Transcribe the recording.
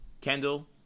Kendall